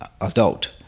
adult